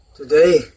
Today